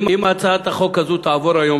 אם הצעת החוק הזאת תעבור היום,